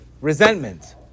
resentment